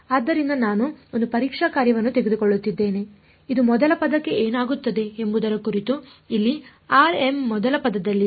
ಆದ್ದರಿಂದ ನಾನು ಒಂದು ಪರೀಕ್ಷಾ ಕಾರ್ಯವನ್ನು ತೆಗೆದುಕೊಳ್ಳುತ್ತಿದ್ದೇನೆ ಇದು ಮೊದಲ ಪದಕ್ಕೆ ಏನಾಗುತ್ತದೆ ಎಂಬುದರ ಕುರಿತು ಇಲ್ಲಿ rm ಮೊದಲ ಪದದಲ್ಲಿದೆ